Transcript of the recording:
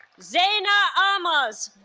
zeina um amhaz